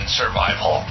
survival